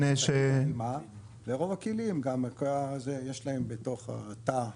אטימה וברוב הכלים יש להם בתוך התא,